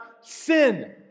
sin